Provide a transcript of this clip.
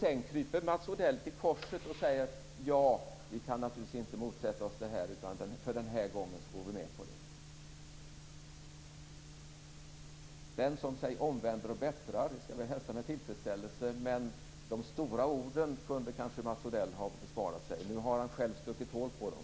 Sedan kryper Mats Odell till korset och säger: Ja, vi kan naturligtvis inte motsätta oss det här, utan för den här gången går vi med på det. Den som sig omvänder och bättrar skall vi hälsa med tillfredsställelse, men de stora orden kunde kanske Mats Odell ha besparat sig. Nu har han själv stuckit hål på dem.